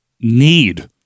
need